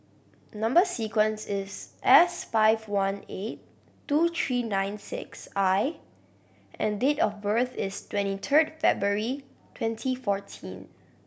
number sequence is S five one eight two three nine six I and date of birth is twenty third February twenty fourteen